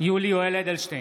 יולי יואל אדלשטיין,